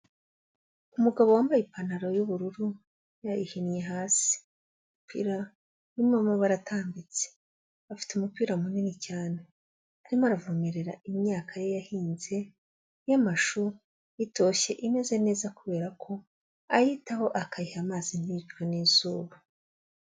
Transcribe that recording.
Umugabo wambaye ipantaro y'ubururu yayihinnye hasi, umupira urimo amabara atambitse, afite umupira munini cyane, arimo aravomerera imyaka ye yahinze y'amashu, itoshye imeze neza kubera ko ayitaho, akayiha amazi ntiyicwe n'izuba.